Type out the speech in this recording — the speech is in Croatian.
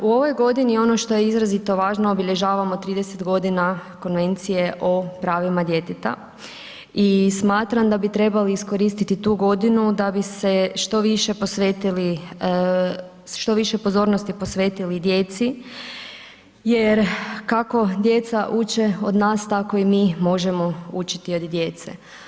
U ovoj godini ono što je izrazito važno obilježavamo 30 godina Konvencije o pravima djeteta i smatram da bi trebali iskoristiti tu godinu da bi se što više posvetili, što više pozornosti posvetili djeci jer kako djeca uče od nas tako i mi možemo učiti od djece.